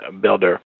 builder